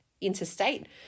interstate